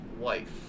wife